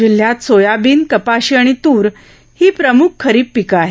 जिल्ह्यात सोयाबीन कपाशी आणि तूर ही प्रमुख खरीप पिके आहेत